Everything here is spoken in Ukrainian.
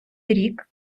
рік